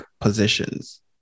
positions